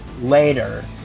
later